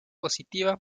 positiva